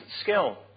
skill